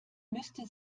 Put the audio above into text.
müsste